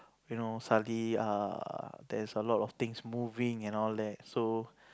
you know suddenly err there's a lot of things moving and all that so